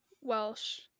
Welsh